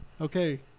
Okay